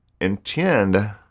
intend